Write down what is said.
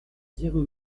zéro